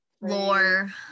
Lore